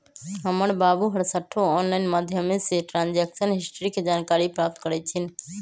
हमर बाबू हरसठ्ठो ऑनलाइन माध्यमें से ट्रांजैक्शन हिस्ट्री के जानकारी प्राप्त करइ छिन्ह